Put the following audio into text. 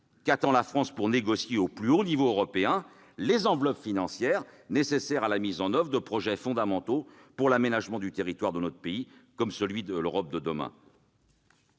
qu'attend la France pour négocier, au plus haut niveau européen, les enveloppes financières nécessaires à la mise en oeuvre de projets fondamentaux pour l'aménagement du territoire de notre pays comme de celui de l'Europe de demain ?